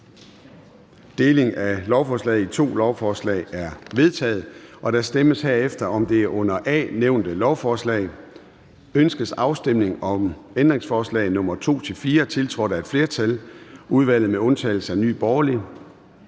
Deling af lovforslaget i to lovforslag er vedtaget. Der stemmes herefter om det under A nævnte lovforslag: Ønskes afstemning om ændringsforslag nr. 2-4, tiltrådt af et flertal (udvalget med undtagelse af NB)? De